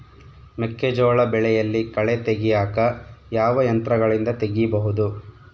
ಮೆಕ್ಕೆಜೋಳ ಬೆಳೆಯಲ್ಲಿ ಕಳೆ ತೆಗಿಯಾಕ ಯಾವ ಯಂತ್ರಗಳಿಂದ ತೆಗಿಬಹುದು?